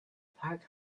park